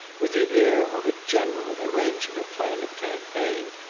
with the air of a general arranging a plan of campaign,